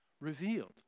revealed